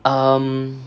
um